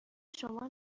شما